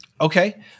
Okay